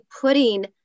putting